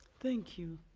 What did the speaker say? thank you.